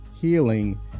healing